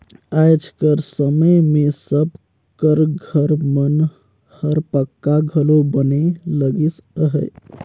आएज कर समे मे सब कर घर मन हर पक्का घलो बने लगिस अहे